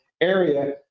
area